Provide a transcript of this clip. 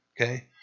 Okay